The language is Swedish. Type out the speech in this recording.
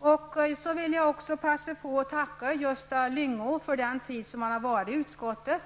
Jag vill också passa på att tacka Gösta Lyngå för den tid han har varit i utskottet.